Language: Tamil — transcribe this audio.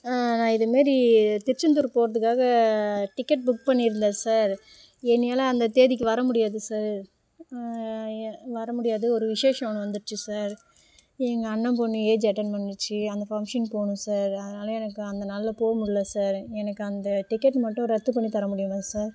இது மாரி திருச்செந்தூர் போகிறதுக்காக டிக்கெட் புக் பண்ணியிருந்தேன் சார் என்னியால அந்த தேதிக்கு வர முடியாது சார் வர முடியாது ஒரு விசேஷம் ஒன்று வந்துடுச்சி சார் எங்கள் அண்ணன் பொண்ணு ஏஜு அட்டெண்ட் பண்ணிர்ச்சி அந்த ஃபங்க்ஷன் போகணும் சார் அதனால் எனக்கு அந்த நாளுல போக முடில சார் எனக்கு அந்த டிக்கெட் மட்டும் ரத்து பண்ணித் தர முடியுமா சார்